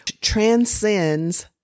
transcends